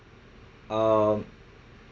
um